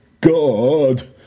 god